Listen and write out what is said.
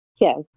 Yes